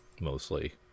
Mostly